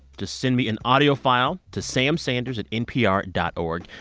just send me an audio file to samsanders at npr dot o r g.